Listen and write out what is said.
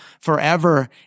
forever